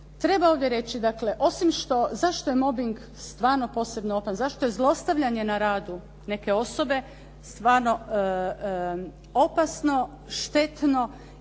treba ovdje reći, dakle osim što, zašto je mobing stvarno posebno opasan, zašto je zlostavljanje na radu neke osobe stvarno opasno, štetno